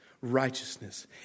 righteousness